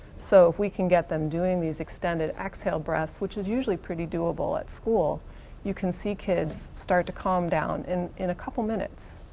so if we can get them doing these extended exhale breaths, which is usually pretty doable at school you can see kids start to calm down in in a couple minutes.